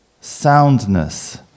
soundness